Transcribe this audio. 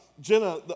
Jenna